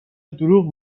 دروغ